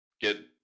get